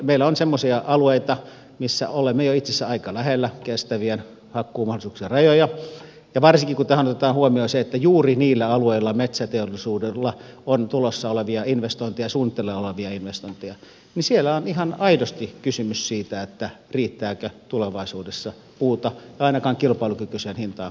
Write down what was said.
meillä on semmoisia alueita missä olemme jo itse asiassa aika lähellä kestävien hakkuumahdollisuuksien rajoja ja varsinkin kun otetaan huomioon se että juuri niillä alueilla metsäteollisuudella on tulossa olevia investointeja suunnitteilla olevia investointeja niin siellä on ihan aidosti kysymys siitä riittääkö tulevaisuudessa puuta kaikkeen ainakaan kilpailukykyiseen hintaan